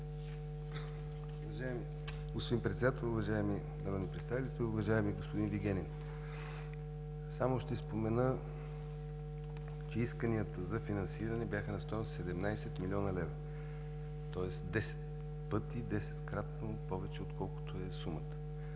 Уважаеми господин Председател, уважаеми народни представители, уважаеми господин Вигенин! Само ще спомена, че исканията за финансиране бяха на стойност 17 млн. лв., тоест десет пъти, десетократно повече, отколкото е сумата.